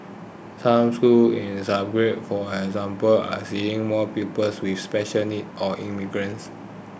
some schools in the suburbs for example are seeing more pupils with special needs or immigrants